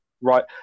right